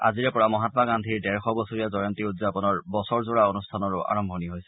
আজিৰে পৰা মহামা গান্ধীৰ ডেৰশ বছৰীয়া জয়ন্তী উৎযাপনৰ বছৰজোৰা অনুষ্ঠানৰো আৰম্ভণি হৈছে